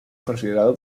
considerado